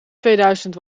tweeduizend